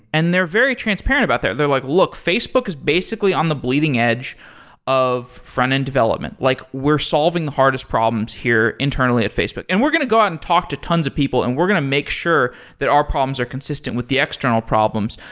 and they're very transparent about it. they're like, look, facebook is basically on the bleeding edge of frontend development. like we're solving the hardest problems here internally at facebook, and we're going to go out and talk to tons of people and we're going to make sure that our problems are consistent with the external problems.